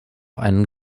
einen